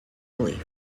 belief